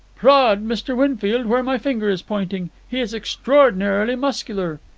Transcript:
prod mr. winfield where my finger is pointing. he is extraordinarily muscular.